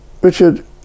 Richard